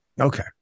okay